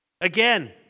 Again